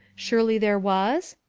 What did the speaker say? surely there was?